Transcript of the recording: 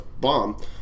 bomb